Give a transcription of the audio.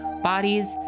bodies